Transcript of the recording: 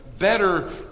better